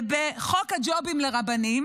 זה חוק הג'ובים לרבנים